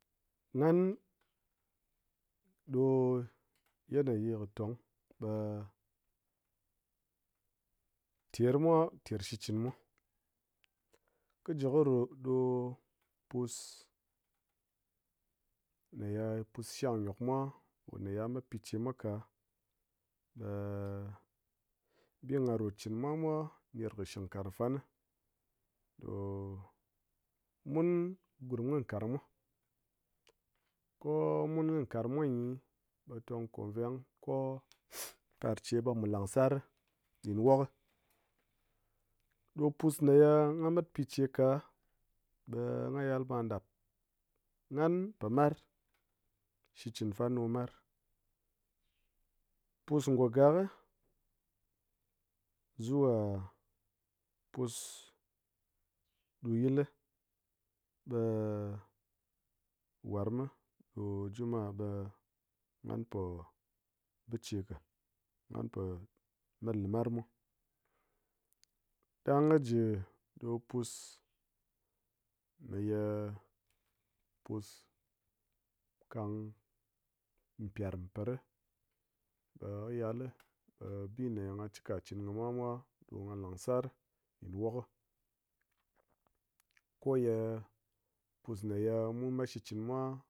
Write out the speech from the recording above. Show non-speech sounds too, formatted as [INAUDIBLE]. Nghan ɗo yenayi kɨ tong ɓe termwa ter shikchɨn mwa kɨ ji kɨ ru ɗo pus ne ye pus shang ngyok mwa kome ye ha mat pichemwa ka̱ ɓe bi ha rot chin mwa ner kɨ shingkarang fan ɗo [HESITATION] mun gurm kɨ karang mwa ko-o mun kɨ karang mwa gyi ɓe tong ko veng kɨ parche ɓe mu langsar [NOISE] ɗin wok. Ɗo pus me ngha mat picheka ɓe ngha ya ɓe ngha ɗap, nghan po mar, shikchɨn fan ɗo mar. Pus ngo gak zuwa pus ɗuyil li ɓe warm mi ɗo-o juma'a ɓe nghan po bicheka, nghan po mat limar mwa ɗang kɨ ji ɗo pus ma ye pus pyerm par ri ɓe kɨ yal li ɓe bi ngha chɨka chɨn kɨ mwa mwa ɓe ngha langsar ɗin wok, ko ye pus me ye mu mat chɨn chɨn mwa